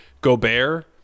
Gobert